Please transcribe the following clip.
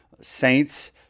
saints